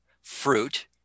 fruit